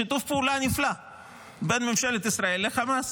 שיתוף פעולה נפלא בין ממשלת ישראל לחמאס.